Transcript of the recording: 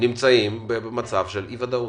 נמצאים במצב של אי ודאות.